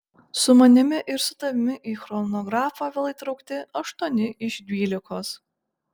su manimi ir su tavimi į chronografą vėl įtraukti aštuoni iš dvylikos